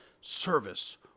Service